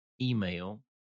email